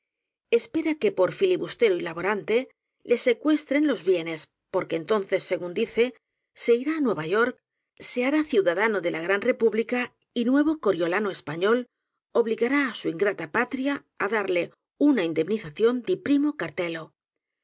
espera que por filibustero y laborante le secuestren los bienes porque entonces según dice se irá á nue va york se hará ciudadano de la gran repúblicai y nuevo coriolano español obligará á su ingrata patria á darle una indemnización di primo cartello